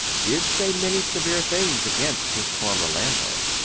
did say many severe things against his former landlord.